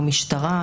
המשטרה,